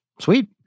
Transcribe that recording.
Sweet